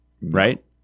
Right